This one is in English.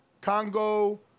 Congo